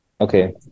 Okay